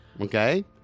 Okay